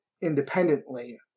independently